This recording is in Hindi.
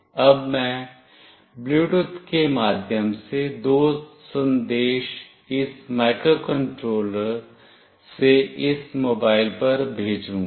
अब मैं ब्लूटूथ के माध्यम से दो संदेश इस माइक्रोकंट्रोलर से इस मोबाइल पर भेजूंगा